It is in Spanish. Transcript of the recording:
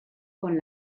con